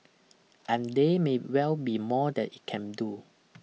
and there may well be more that it can do